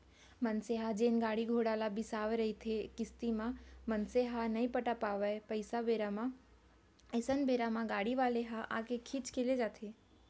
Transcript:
मनसे ह जेन गाड़ी घोड़ा ल बिसाय रहिथे किस्ती म मनसे ह नइ पटा पावय पइसा बेरा म अइसन बेरा म गाड़ी वाले ह आके खींच के लेग जाथे